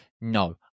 No